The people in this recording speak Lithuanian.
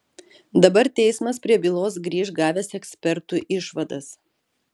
dabar teismas prie bylos grįš gavęs ekspertų išvadas